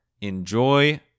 Enjoy